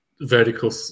Vertical